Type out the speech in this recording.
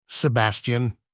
Sebastian